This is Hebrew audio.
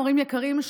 הורים יקרים,